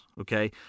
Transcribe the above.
okay